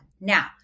Now